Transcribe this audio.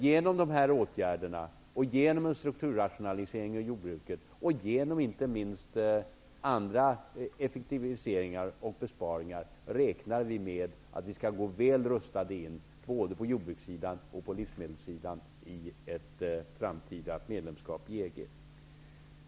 Genom dessa åtgärder, en strukturrationalisering av jordbruket och inte minst genom andra effektiviseringar och besparingar räknar vi med att vi inom både jordbruket och livsmedelssektorn skall gå väl rustade in i ett framtida medlemskap i EG.